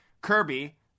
Kirby